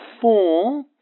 four